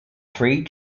three